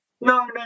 No